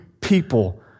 people